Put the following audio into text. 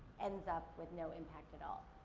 ends up with no impact at all.